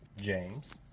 James